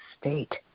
state